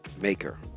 maker